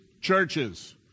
churches